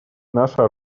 наша